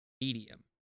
medium